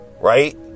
right